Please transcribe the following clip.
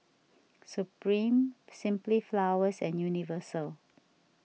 Supreme Simply Flowers and Universal